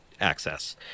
access